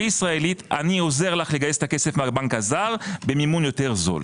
ישראלית אני עוזר לך לגייס את הכסף מהבנק הזר במימון יותר זול.